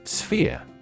Sphere